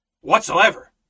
whatsoever